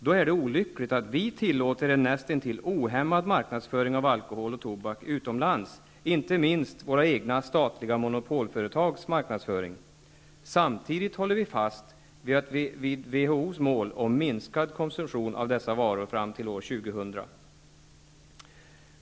Då är det olyckligt att vi tillåter en nästintill ohämmad marknadsföring av alkohol och tobak utomlands, inte minst våra egna statliga monopolföretags marknadsföring. Samtidigt håller vi fast vid WHO:s mål om en minskad konsumtion av dessa varor fram till år 2000.